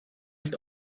ist